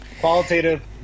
qualitative